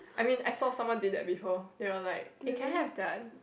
I mean I saw someone did that before they are like can I have that